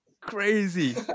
crazy